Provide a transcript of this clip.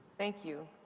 thank you.